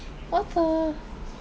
what the